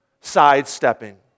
sidestepping